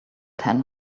ten